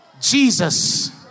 Jesus